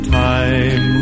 time